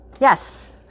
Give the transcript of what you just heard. yes